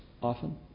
often